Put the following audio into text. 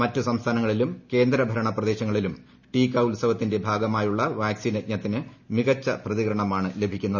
മറ്റ് സംസ്ഥാനങ്ങളിലും കേന്ദ്ര ഭരണ പ്രദേശങ്ങളിലും ടീക്ക ഉത്സവത്തിന്റെ ഭാഗമായുള്ള വാക്സിൻ യജ്ഞത്തിന് മികച്ച പ്രതികരണമാണ് ലഭിക്കുന്നത്